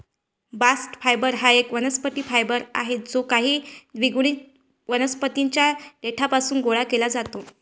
bast fibre हा एक वनस्पती फायबर आहे जो काही द्विगुणित वनस्पतीं च्या देठापासून गोळा केला जातो